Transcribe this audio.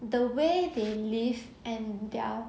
the way they live and their